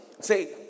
Say